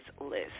list